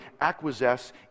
acquiesce